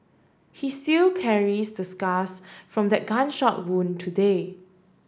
he seal carries the scars from that gunshot wound today